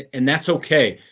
and that's ok,